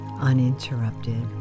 uninterrupted